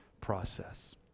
process